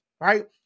right